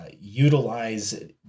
utilize